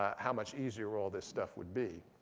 how much easier all this stuff would be.